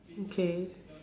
okay